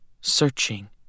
searching